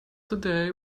today